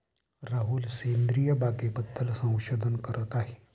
राहुल सेंद्रिय बागेबद्दल संशोधन करत आहे